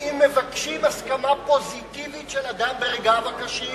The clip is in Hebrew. אם מבקשים הסכמה פוזיטיבית של אדם ברגעיו הקשים